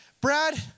Brad